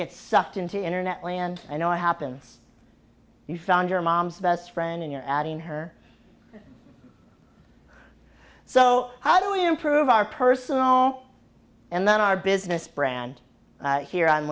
get sucked into internet land and i happen you found your mom's best friend and you're adding her so how do we improve our personal and then our business brand here on